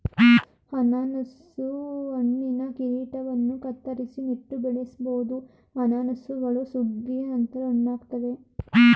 ಅನನಾಸು ಹಣ್ಣಿನ ಕಿರೀಟವನ್ನು ಕತ್ತರಿಸಿ ನೆಟ್ಟು ಬೆಳೆಸ್ಬೋದು ಅನಾನಸುಗಳು ಸುಗ್ಗಿಯ ನಂತರ ಹಣ್ಣಾಗ್ತವೆ